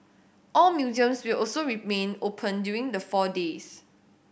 all museums will also remain open during the four days